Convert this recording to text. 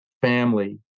family